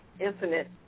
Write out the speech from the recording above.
infinite